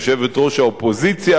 יושבת-ראש האופוזיציה,